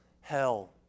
hell